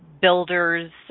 Builders